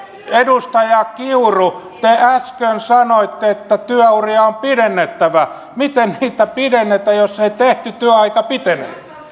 edustaja kiuru te äsken sanoitte että työuria on pidennettävä miten niitä pidennetään jos ei tehty työaika pitene